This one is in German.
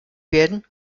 werden